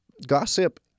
Gossip